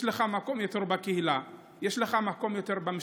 יש לך יותר מקום בקהילה, יש לך יותר מקום במשפחה.